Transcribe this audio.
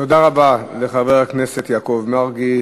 תודה רבה לחבר הכנסת יעקב מרגי.